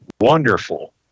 wonderful